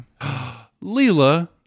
Leela